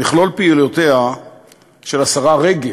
מכלול פעילויותיה של השרה רגב,